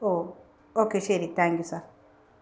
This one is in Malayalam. ഓ ഓക്കെ ശരി താങ്ക് യൂ സാർ